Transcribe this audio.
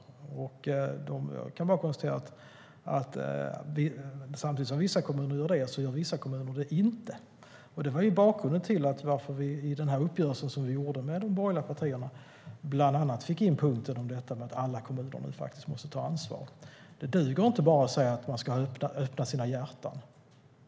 Jag kan bara konstatera att samtidigt som vissa kommuner gör det gör vissa andra kommuner det inte. Det var bakgrunden till att vi i uppgörelsen som vi gjorde med de borgerliga partierna bland annat fick in punkten om att alla kommuner nu faktiskt måste ta ansvar. Det duger inte att bara säga att man ska öppna sitt hjärta.